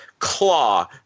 claw